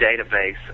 database